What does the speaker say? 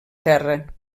terra